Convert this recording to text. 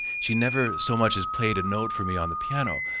she never so much as played a note for me on the piano,